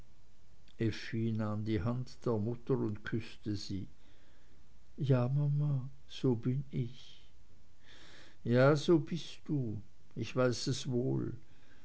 die hand der mama und küßte sie ja mama so bin ich ja so bist du ich weiß es wohl